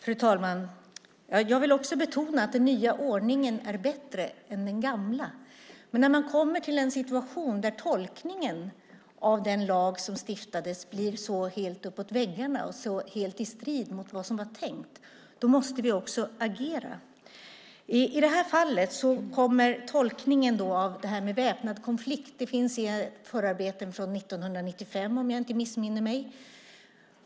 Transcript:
Fru talman! Jag vill också betona att den nya ordningen är bättre än den gamla. Men när man kommer till en situation där tolkningen av den lag som stiftades blir helt uppåt väggarna och helt i strid mot vad som var tänkt måste vi agera. I det här fallet handlar det om tolkningen av begreppet väpnad konflikt. Det finns i förarbeten från 1995, om jag inte missminner mig.